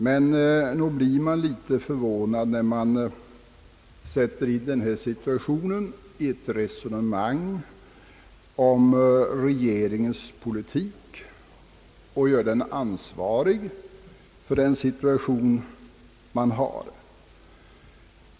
Men nog förvånar det litet, när högern i den här situationen för ett resonemang om regeringens politik och gör regeringen ansvarig för läget.